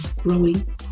growing